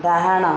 ଡାହାଣ